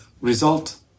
result